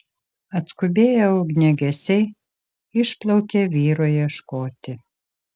atskubėję ugniagesiai išplaukė vyro ieškoti